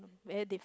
very diff~